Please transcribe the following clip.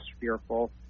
fearful